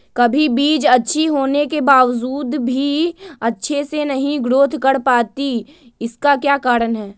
कभी बीज अच्छी होने के बावजूद भी अच्छे से नहीं ग्रोथ कर पाती इसका क्या कारण है?